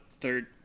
third